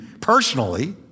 personally